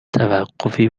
توقفی